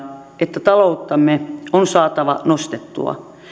että talouttamme on saatava nostettua